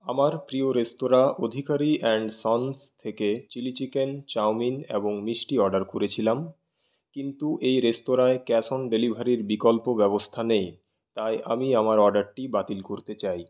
আমার প্রিয় রেস্তোরাঁ অধিকারি অ্যান্ড সন্স থেকে চিলি চিকেন চাউমিন এবং মিষ্টি অর্ডার করেছিলাম কিন্তু এই রেস্তোরাঁয় ক্যাশ অন ডেলিভারির বিকল্প ব্যবস্থা নেই তাই আমি আমার অর্ডারটি বাতিল করতে চাই